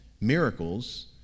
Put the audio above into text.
miracles